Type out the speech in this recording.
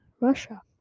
Russia